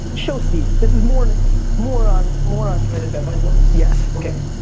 but show steve. this is more more on, more on can i defend myself? yes. okay,